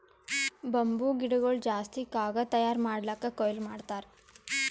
bamboo ಗಿಡಗೊಳ್ ಜಾಸ್ತಿ ಕಾಗದ್ ತಯಾರ್ ಮಾಡ್ಲಕ್ಕೆ ಕೊಯ್ಲಿ ಮಾಡ್ತಾರ್